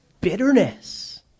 bitterness